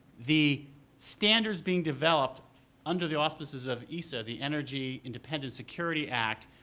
the standards being developed under the auspices of eisa, the energy independent security act,